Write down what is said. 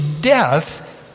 death